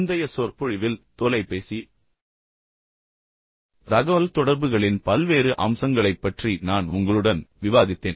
முந்தைய சொற்பொழிவில் தொலைபேசி தகவல்தொடர்புகளின் பல்வேறு அம்சங்களைப் பற்றி நான் உங்களுடன் விவாதித்தேன்